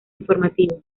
informativos